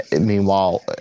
meanwhile